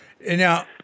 Now